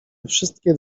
wszystkiego